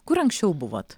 kur anksčiau buvot